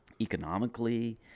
economically